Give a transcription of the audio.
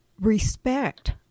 respect